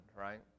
right